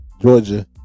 Georgia